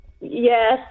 Yes